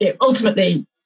Ultimately